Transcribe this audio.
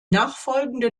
nachfolgende